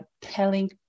telling